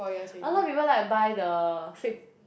a lot of people like to buy the fake